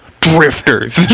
Drifters